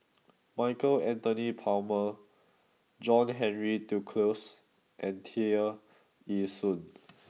Michael Anthony Palmer John Henry Duclos and Tear Ee Soon